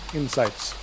insights